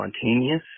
spontaneous